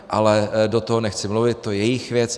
Ale do toho nechci mluvit, to je jejich věc.